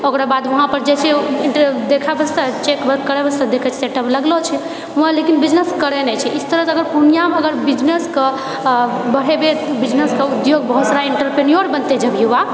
ओकराबाद वहाँपर जेछै देखए वास्ते चेक वेक करए वास्ते देखै सेट अप लगलो छै वहाँ लेकिन बिजनेस करै नहि छै इस तरहके अगर पूर्णियाँके अगर बिजनेसके अऽ बढ़ेबे बिजनेसके उद्योग बहुत सारा एन्ट्राप्रेन्योर बनते जब युवा